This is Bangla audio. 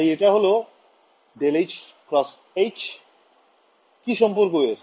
তাই এটা হল ∇h × H কি সম্পর্ক এর